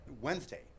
Wednesday